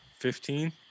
Fifteen